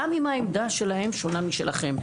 גם אם העמדה שלהם שונה משלכם.